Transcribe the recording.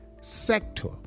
sector